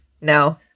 no